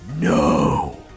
No